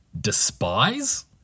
despise